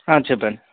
చెప్పండి